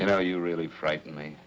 you know you really frighten